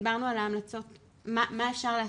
דיברנו על המלצות מה אפשר לעשות.